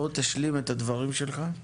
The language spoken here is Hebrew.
תשלים את הדברים שלך.